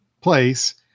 place